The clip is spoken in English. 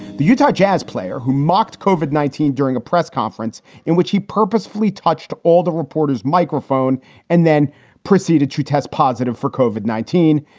the utah jazz player who mocked covid nineteen during a press conference in which he purposefully touched all the reporters microphone and then proceeded to test positive for covid nineteen.